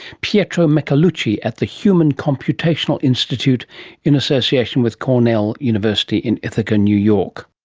pietro michelucci at the human computational institute in association with cornell university in ithaca, new york